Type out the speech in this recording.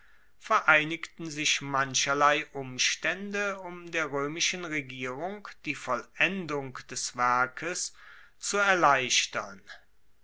vereinigten sich mancherlei umstaende um der roemischen regierung die vollendung des werkes zu erleichtern